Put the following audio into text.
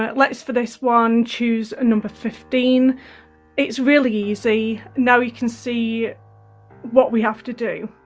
um let's for this one choose a number fifteen it's really, easy now you can see what we have to do?